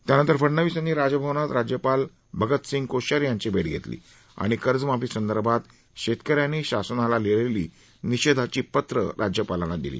त्यानंतर फडनवीस यांनी राजभवनात राज्यपाल भगतसिंह कोश्यारी यांची भेट घेतली आणि कर्जमाफीसंदर्भात शेतक यांनी शासनाला लिहिलेली निषेधाची पत्रं राज्यपालांना दिली